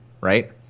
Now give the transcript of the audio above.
right